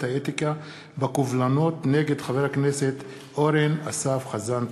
האתיקה בקובלנות נגד חבר הכנסת אורן אסף חזן.